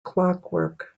clockwork